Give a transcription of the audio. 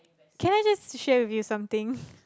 can I just share with you something